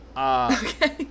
Okay